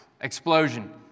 explosion